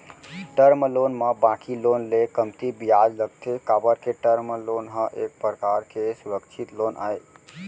term loan म बाकी loan ले कमती बियाज लगथे काबर के टर्म लोन ह एक परकार के सुरक्छित लोन आय